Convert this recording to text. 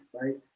right